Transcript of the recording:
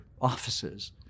offices